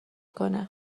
کنی